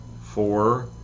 four